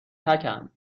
تکم